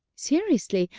seriously,